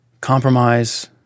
compromise